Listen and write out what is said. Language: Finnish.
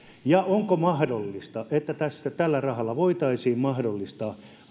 onko mahdollista että tällä rahalla voitaisiin mahdollistaa